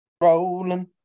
rolling